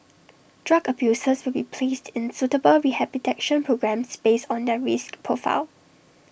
drug abusers will be placed in suitable rehabilitation programmes based on their risk profile